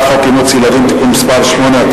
הצעת חוק אימוץ ילדים (תיקון מס' 8),